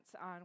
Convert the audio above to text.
on